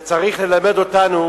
זה צריך ללמד אותנו